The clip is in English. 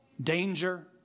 danger